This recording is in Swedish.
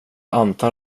antar